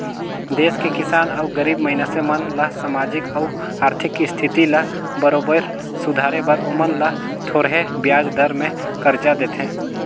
देस के किसान अउ गरीब मइनसे मन ल सामाजिक अउ आरथिक इस्थिति ल बरोबर सुधारे बर ओमन ल थो रहें बियाज दर में करजा देथे